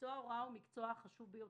מקצוע ההוראה הוא מקצוע חשוב ביותר,